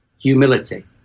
humility